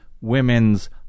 women's